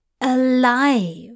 Alive